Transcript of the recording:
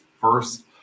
first